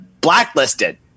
blacklisted